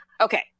Okay